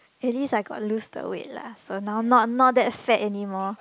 at least I got loose the weight lah for now not not that fat anymore